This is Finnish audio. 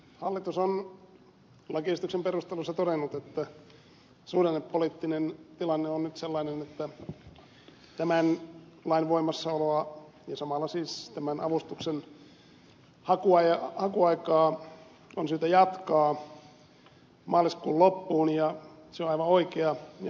hallitus on lakiesityksen perusteluissa todennut että suhdannepoliittinen tilanne on nyt sellainen että tämän lain voimassaoloa ja samalla siis tämän avustuksen hakuaikaa on syytä jatkaa maaliskuun loppuun ja se on aivan oikea ja hyvä havainto